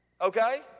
okay